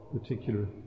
particular